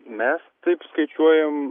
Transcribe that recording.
mes taip skaičiuojam